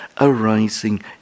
arising